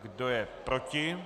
Kdo je proti?